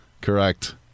Correct